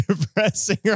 depressing